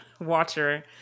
watcher